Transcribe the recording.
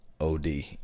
OD